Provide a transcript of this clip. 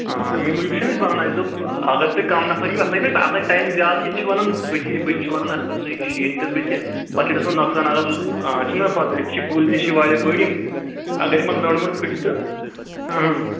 اۭں امی موٗجوٗب چِھنا أس ونان نا اَسہِ دوٚپ اگر تۄہہِ کَم نَفر یِیو اتھ لَگہِ نا اتھ لَگہِ ٹایم زیادٕ یہِ چھُ ونان بٕتھِ بٕتھِ چھُ ونان اتھ ہسا ہیٚکہِ شیٖن پٮ۪تھ بٕتھِ پَتہ چھُ گژھان نۄقصان اگر آ چِھنا پَتہ ییٚتہِ چھِ کُلۍ تہِ چھِ واریاہ بٔڑۍ یِم اگر یمن لٔنڑ ؤنڑ پٕھٹِ تہٕ